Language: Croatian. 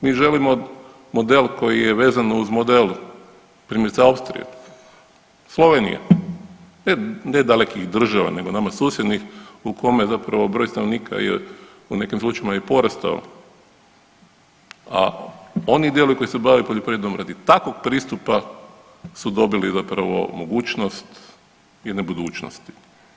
Mi želimo model koji je vezan uz model, primjerice, Austrije, Slovenije, ne dalekih država, nego nama susjednih u kome zapravo broj stanovnika je u nekim slučajevima i porastao, a oni dijelovi koji se bave poljoprivredom radi takvog pristupa su dobili zapravo mogućnost jedne budućnosti.